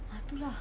ah itu lah